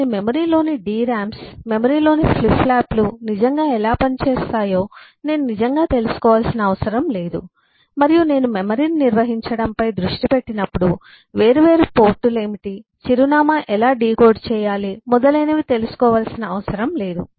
కానీ మెమరీలోని DRAMS మెమరీలోని ఫ్లిప్ ఫ్లాప్లు నిజంగా ఎలా పనిచేస్తాయో నేను నిజంగా తెలుసుకోవలసిన అవసరం లేదు మరియు నేను మెమరీని నిర్వహించడంపై దృష్టి పెట్టినప్పుడు వేర్వేరు పోర్ట్లు ఏమిటి చిరునామా ఎలా డీకోడ్ చేయాలి మొదలైనవి తెలుసుకోవలసిన అవసరం లేదు